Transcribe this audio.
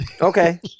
okay